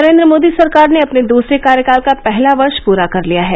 नरेन्द्र मोदी सरकार ने अपने दूसरे कार्यकाल का पहला वर्ष प्रा कर लिया है